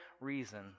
reason